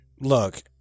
Look